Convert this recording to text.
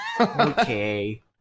okay